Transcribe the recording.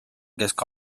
kesk